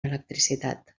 electricitat